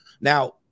Now